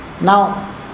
Now